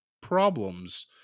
problems